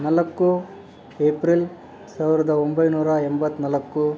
ನಾಲ್ಕು ಏಪ್ರಿಲ್ ಸಾವಿರದ ಒಂಬೈನೂರ ಎಂಬತ್ತ ನಾಲ್ಕು